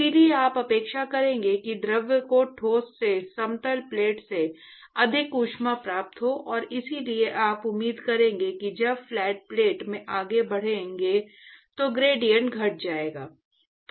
इसलिए आप अपेक्षा करेंगे कि द्रव को ठोस से समतल प्लेट से अधिक ऊष्मा प्राप्त होगी और इसलिए आप उम्मीद करेंगे कि जब फ्लैट प्लेट में आगे बढ़ेंगे तो ग्रेडिएंट घट जाएगा